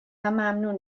ممنون